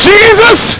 Jesus